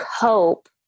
cope